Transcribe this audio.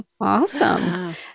awesome